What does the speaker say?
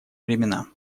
времена